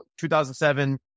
2007